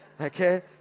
Okay